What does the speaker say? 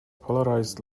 polarized